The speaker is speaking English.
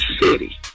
city